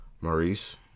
Maurice